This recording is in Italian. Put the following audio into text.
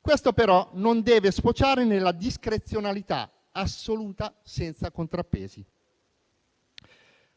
Questo però non deve sfociare nella discrezionalità assoluta senza contrappesi.